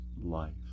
life